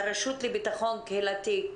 הרשות לביטחון קהילתי.